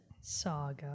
Saga